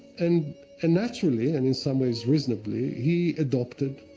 and and naturally, and in some ways, reasonably, he adopted